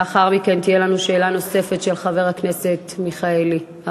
לאחר מכן תהיה לנו שאלה נוספת של חבר הכנסת אברהם מיכאלי.